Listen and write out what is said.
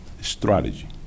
strategy